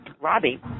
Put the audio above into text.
Robbie